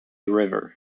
river